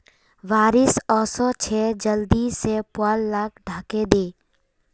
बारिश ओशो छे जल्दी से पुवाल लाक ढके दे